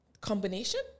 combination –